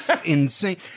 insane